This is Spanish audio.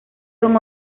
son